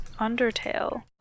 undertale